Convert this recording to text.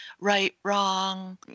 right-wrong